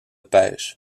pêche